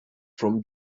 from